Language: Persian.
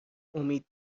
امید